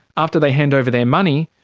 after they hand over their money,